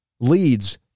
leads